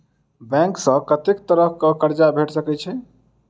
Bank सऽ कत्तेक तरह कऽ कर्जा भेट सकय छई?